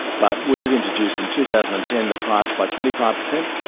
but we've introduced, in two thousand and ten the price by twenty five percent.